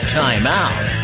timeout